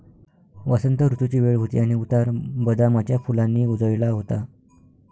वसंत ऋतूची वेळ होती आणि उतार बदामाच्या फुलांनी उजळला होता